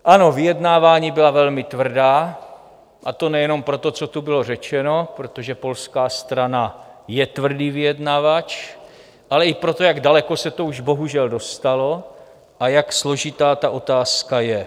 Ano, vyjednávání byla velmi tvrdá, a to nejenom pro to, co tu bylo řečeno, protože polská strana je tvrdý vyjednavač, ale i proto, jak daleko se to už bohužel dostalo a jak složitá ta otázka je.